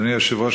אדוני היושב-ראש,